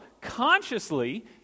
consciously